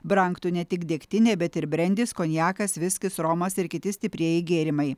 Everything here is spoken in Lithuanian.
brangtų ne tik degtinė bet ir brendis konjakas viskis romas ir kiti stiprieji gėrimai